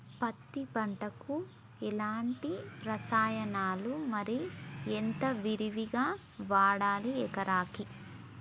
పత్తి పంటకు ఎలాంటి రసాయనాలు మరి ఎంత విరివిగా వాడాలి ఎకరాకి?